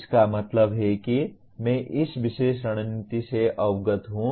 इसका मतलब है कि मैं इस विशेष रणनीति से अवगत हूं